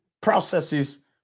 processes